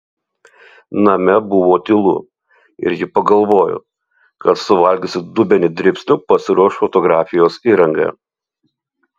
name buvo tylu ir ji pagalvojo kad suvalgiusi dubenį dribsnių pasiruoš fotografijos įrangą